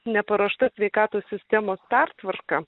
neparuošta sveikatos sistemos pertvarka